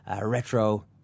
retro